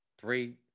three